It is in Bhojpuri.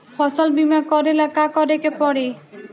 फसल बिमा करेला का करेके पारी?